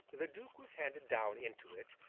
the duke was handed down into it,